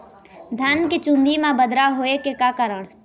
धान के चुन्दी मा बदरा होय के का कारण?